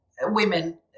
women